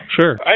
sure